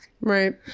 Right